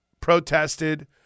protested